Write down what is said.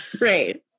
Right